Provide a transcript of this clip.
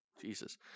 Jesus